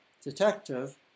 detective